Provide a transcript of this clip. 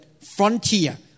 frontier